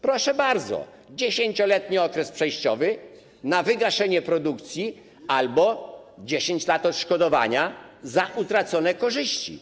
Proszę bardzo, 10-letni okres przejściowy na wygaszenie produkcji albo 10 lat odszkodowania za utracone korzyści.